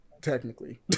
technically